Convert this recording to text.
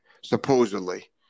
supposedly